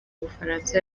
bufaransa